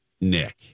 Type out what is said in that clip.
Nick